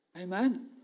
Amen